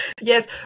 Yes